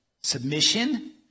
submission